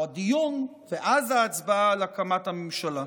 או הדיון ואז ההצבעה על הקמת הממשלה.